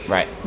Right